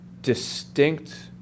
distinct